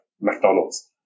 McDonald's